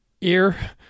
ear